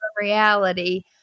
reality